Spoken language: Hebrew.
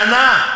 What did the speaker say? שנה.